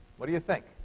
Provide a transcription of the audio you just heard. what do you think?